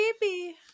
Baby